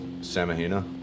Samahina